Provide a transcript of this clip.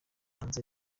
hanze